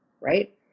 right